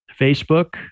Facebook